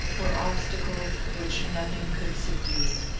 were obstacles which nothing could subdue.